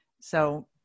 So-